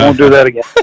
do that again